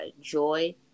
Joy